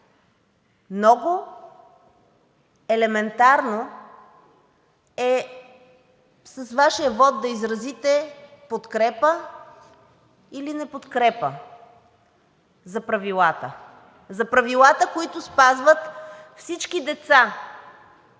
Много елементарно е, с Вашия вот да изразите подкрепа или неподкрепа за правилата – за правилата, които спазват всички деца,